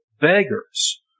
beggars